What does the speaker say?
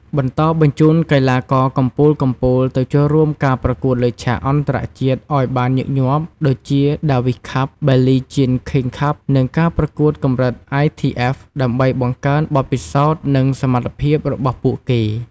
បន្តបញ្ជូនកីឡាករកំពូលៗទៅចូលរួមការប្រកួតលើឆាកអន្តរជាតិឱ្យបានញឹកញាប់ដូចជា Davis Cup , Billie Jean King Cup និងការប្រកួតកម្រិត ITF ដើម្បីបង្កើនបទពិសោធន៍ និងសមត្ថភាពរបស់ពួកគេ។